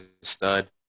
stud